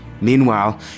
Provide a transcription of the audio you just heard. Meanwhile